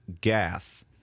gas